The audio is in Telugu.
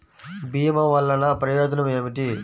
భీమ వల్లన ప్రయోజనం ఏమిటి?